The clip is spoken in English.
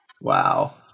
Wow